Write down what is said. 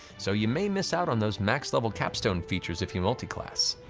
so you may miss out on those max level capstone features if you multiclass.